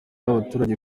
abaturage